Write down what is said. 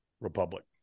republic